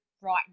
right